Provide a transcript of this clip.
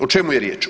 O čemu je riječ?